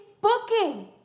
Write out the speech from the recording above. booking